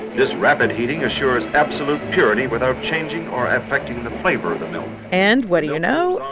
this rapid heating assures absolute purity without changing or affecting the flavor of the milk and what do you know?